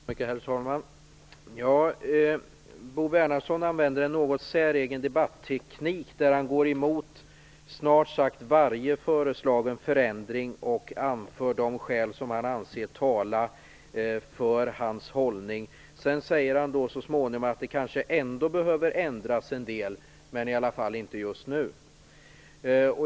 Herr talman! Bo Bernhardsson använder sig av en något säregen debatteknik. Han går emot snart sagt varje föreslagen förändring och anför de skäl som han anser talar för hans hållning. Så småningom säger han att en del kanske ändå behöver ändras, men inte just nu.